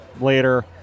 Later